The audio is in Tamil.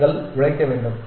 நீங்கள் உழைக்க வேண்டும்